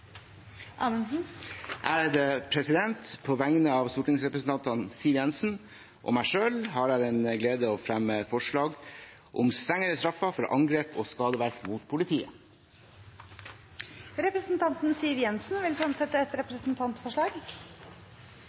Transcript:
Amundsen vil fremsette et representantforslag. På vegne av stortingsrepresentanten Siv Jensen og meg selv har jeg den glede å fremme forslag om strengere straffer for angrep og skadeverk mot politiet. Representanten Siv Jensen vil fremsette et representantforslag.